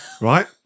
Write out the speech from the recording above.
Right